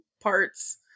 parts